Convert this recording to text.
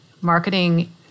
Marketing